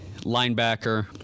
linebacker